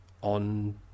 on